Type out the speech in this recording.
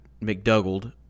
McDougald